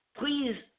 please